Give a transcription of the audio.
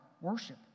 worship